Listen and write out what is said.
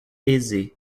aisée